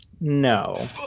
no